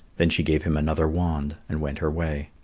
then she gave him another wand and went her way.